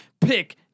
Pick